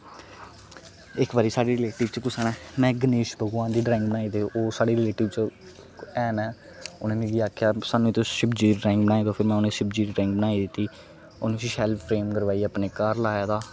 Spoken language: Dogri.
इक बारी साढ़े रिलेटिव च कुसै ने में गणेश भगवान दी ड्रांइग बनाई ही ते ओह् साढ़े रलेटिव च ऐ ना उ'नें मिगी आखेआ सानूं तूं शिवजी दी ड्रांइग बनाई देओ फिर में उ'नेंगी शिवजी दी ड्रांइग बनाई दिती उ'नें शैल फ्रेम करवाई अपने घर लाए दा